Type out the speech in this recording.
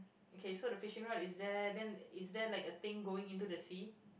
okay so the fishing rod is there then is there like a thing going into the sea